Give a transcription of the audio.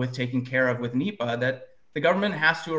with taking care of with me that the government has to